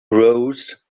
rose